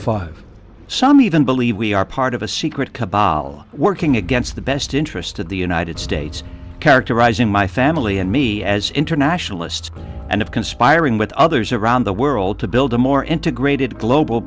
five some even believe we are part of a secret cabal working against the best interest of the united states characterizing my family and me as internationalist and of conspiring with others around the world to build a more integrated global